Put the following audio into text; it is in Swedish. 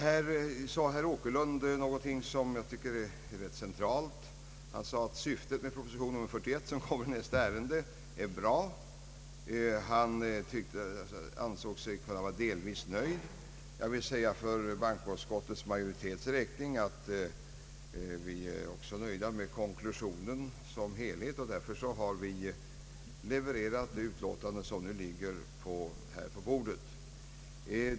Herr Åkerlund sade något som jag tycker är rätt centralt, nämligen att syftet med propostion nr 41, som behandlas i nästa ärende, är bra. Han ansåg sig kunna vara delvis nöjd. Jag vill säga för bankoutskottets majoritets räkning, att vi också är nöjda med konklusionen som helhet och att vi därför har levererat det utlåtande som nu ligger på bordet.